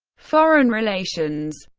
foreign relations